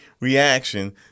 reaction